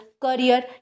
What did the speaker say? career